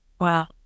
Wow